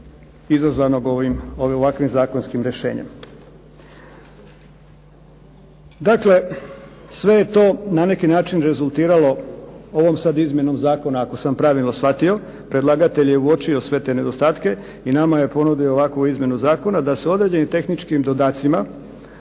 izazvanog ovakvim Zakonskim rješenjem. Dakle, sve je to na neki način rezultiralo izmjenom zakona ako sam pravilno shvatio, predlagatelj je uočio sve te nedostatke i nama je ponudio ovakvu izmjenu Zakona da se određenim tehničkim dodacima